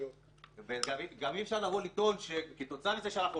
גם אי אפשר לבוא ולטעון שכתוצאה מזה שאנחנו